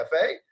cafe